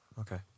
Okay